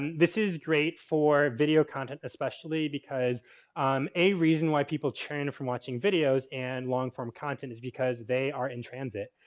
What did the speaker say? this is great for video content especially because um a reason why people turn from watching videos and long-form content is because they are in transit.